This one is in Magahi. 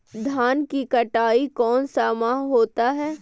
धान की कटाई कौन सा माह होता है?